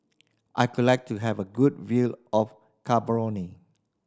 I could like to have a good view of Gaborone